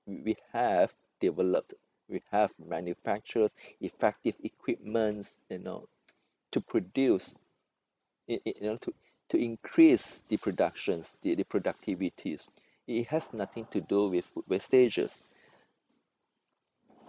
we we have developed we have manufactured effective equipments you know to produce you you you know to to increase the productions the the productivity it it has nothing to do with food wastages